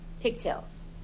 pigtails